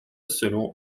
selon